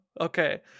Okay